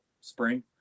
spring